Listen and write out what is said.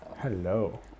Hello